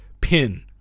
pin